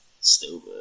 stupid